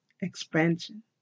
expansion